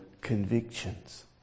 convictions